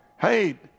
Hey